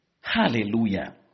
Hallelujah